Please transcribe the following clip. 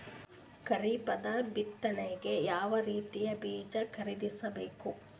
ಖರೀಪದ ಬಿತ್ತನೆಗೆ ಯಾವ್ ರೀತಿಯ ಬೀಜ ಖರೀದಿಸ ಬೇಕು?